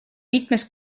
mitmes